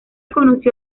conoció